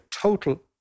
total